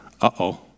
uh-oh